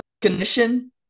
condition